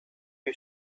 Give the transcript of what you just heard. you